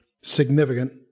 significant